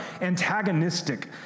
antagonistic